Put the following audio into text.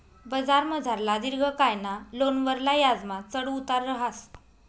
बजारमझारला दिर्घकायना लोनवरला याजमा चढ उतार रहास